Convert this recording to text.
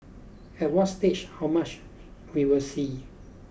at what stage how much we will see